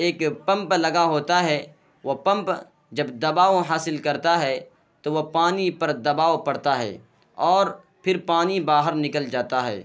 ایک پمپ لگا ہوتا ہے وہ پمپ جب دباؤ حاصل کرتا ہے تو وہ پانی پر دباؤ پڑتا ہے اور پھر پانی باہر نکل جاتا ہے